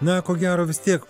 na ko gero vis tiek